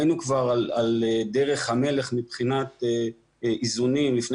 היינו כבר על דרך המלך מבחינת איזונים לפני